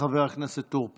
חבר הכנסת טור פז.